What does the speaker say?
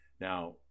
Now